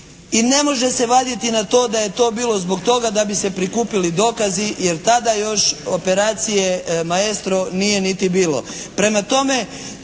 I ne može se vaditi na to da je to bilo zbog toga da bi se prikupili dokazi jer tada još operacije "Maestro" nije niti bilo.